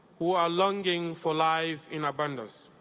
who are longing for life in abundance?